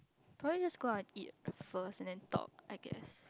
probably just go out and eat first and then talk I guess